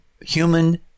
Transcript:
human